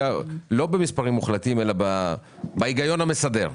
לא במספרים מוחלטים אלא בהיגיון המסדר.